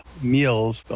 meals